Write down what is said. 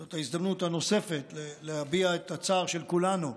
זו ההזדמנות הנוספת להביע את הצער של כולנו,